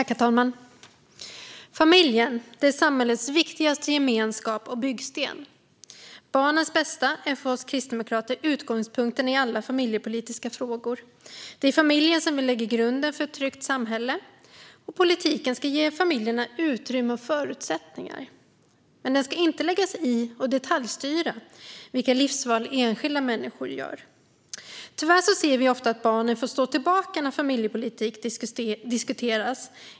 Herr talman! Familjen är samhällets viktigaste gemenskap och byggsten. Barnens bästa är för oss kristdemokrater utgångspunkten i alla familjepolitiska frågor. Det är i familjen som vi lägger grunden för ett tryggt samhälle. Politiken ska ge familjerna utrymme och förutsättningar, men den ska inte lägga sig i och detaljstyra vilka livsval enskilda människor gör. Tyvärr ser vi ofta att barnen får stå tillbaka när familjepolitik diskuteras.